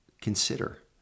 consider